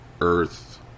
earth